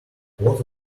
what